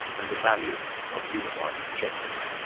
and the value of unifying objectives.